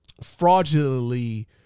fraudulently